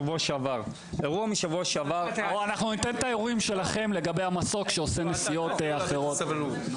אנחנו ניתן את האירועים שלכם לגבי המסוק שעושה נסיעות אחרות.